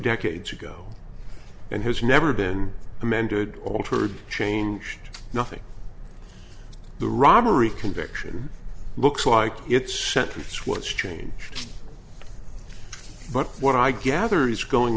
decades ago and has never been amended or altered changed nothing the robbery conviction looks like it's sentence what's changed but what i gather is going